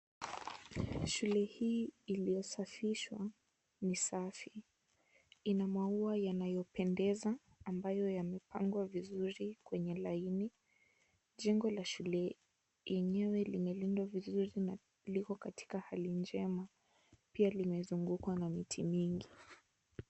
Shule hii iliyosafishwa ni safi. Ina maua yanayopendeza ambayo yamepangwa vizuri kwenye laini. Jengo la shule yenyewe limelindwa vizuri na liko katika hali njema. Pia limezungukwa na viti mingi.